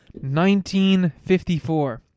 1954